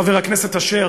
חבר הכנסת אשר,